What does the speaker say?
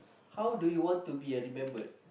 how do you want to be uh remembered